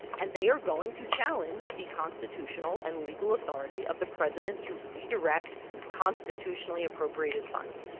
and they are going to challenge the constitutional and legal authority of the president to redirect constitutionally appropriated funds.